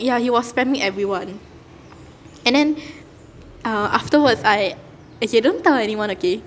ya he was spamming everyone and then uh afterwards I okay don't tell anyone okay